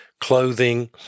clothing